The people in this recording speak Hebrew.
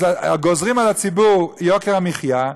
גוזרים על הציבור יוקר מחיה.